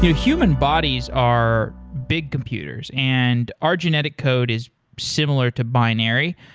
human bodies are big computers and our genetic code is similar to binary.